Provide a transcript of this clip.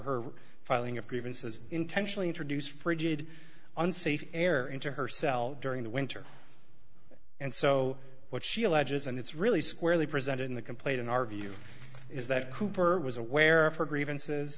her filing of grievances intentionally introduce frigid unsafe air into her cell during the winter and so what she alleges and it's really squarely presented in the complaint in our view is that cooper was aware of her grievances